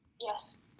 Yes